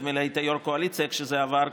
ונדמה לי שהיית יו"ר קואליציה כשזה עבר,